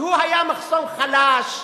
שהיה מחסום חלש,